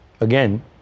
again